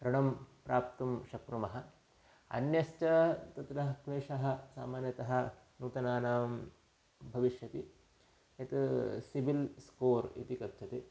ऋणं प्राप्तुं शक्नुमः अन्यश्च तत्र क्लेशः सामान्यतः नूतनानां भविष्यति यत् सिबिल् स्कोर् इति कथ्यते